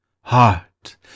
heart